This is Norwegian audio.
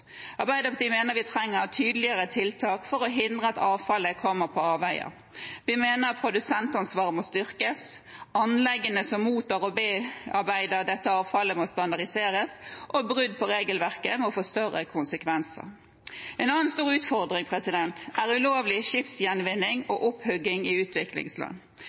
Arbeiderpartiet mener vi trenger tydeligere tiltak for å hindre at avfallet kommer på avveier. Vi mener at produsentansvaret må styrkes, anleggene som mottar og bearbeider dette avfallet, må standardiseres, og brudd på regelverket må få større konsekvenser. En annen stor utfordring er ulovlig skipsgjenvinning og opphugging i utviklingsland.